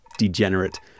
Degenerate